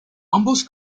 ambos